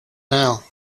now